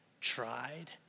tried